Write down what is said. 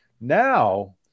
Now